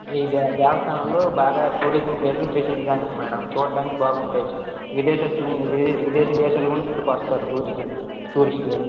ఈ దే దేవస్థానాలు బాగా టూరిజం ప్లేసులకి ప్రసిద్దిగాంచాయి మేడం చూడ్డానికి బాగుంటాయి విదేశస్తులు వి విదేశీ దేశాలనుంచి ఇక్కడికొస్తారు టూరిజులు టూరిస్ట్లు